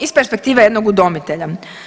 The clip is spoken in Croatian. Iz perspektive jednog udomitelja.